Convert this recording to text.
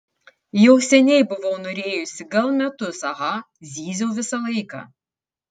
jau seniai buvau norėjusi gal metus aha zyziau visą laiką